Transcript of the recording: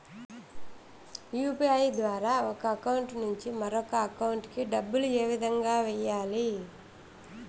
UPI ద్వారా ఒక account నుంచి మరొక అకౌంట్ కి డబ్బులు ఏ విధంగా వెయ్యాలి